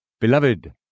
Beloved